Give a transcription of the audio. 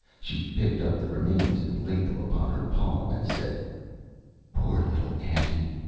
she picked up the remains and laid them upon her palm, and said poor little anty,